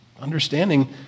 understanding